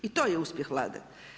I to je uspjeh Vlade.